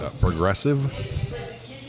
progressive